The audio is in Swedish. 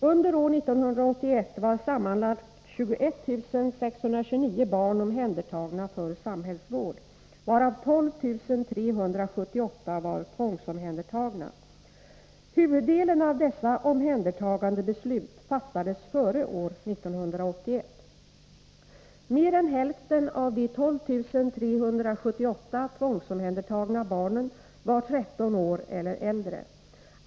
Under år 1981 var sammanlagt 21 629 barn omhändertagna för samhällsvård, varav 12 378 var tvångsomhändertagna. Huvuddelen av dessa omhändertagandebeslut fattades före år 1981. Mer än hälften av de 12 378 tvångsomhändertagna barnen var 13 år eller äldre.